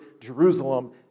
Jerusalem